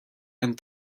and